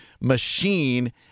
machine